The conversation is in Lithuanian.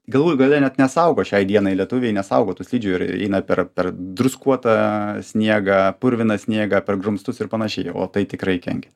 galų gale net nesaugo šiai dienai lietuviai nesaugo tų slidžių ir eina per per druskuotą sniegą purviną sniegą per grumstus ir panašiai o tai tikrai kenkia